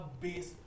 base